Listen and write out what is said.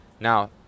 Now